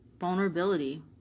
vulnerability